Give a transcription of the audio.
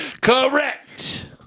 Correct